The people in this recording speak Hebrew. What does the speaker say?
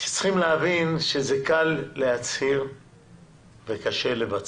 שצריכים להבין שזה קל להצהיר וקשה לבצע.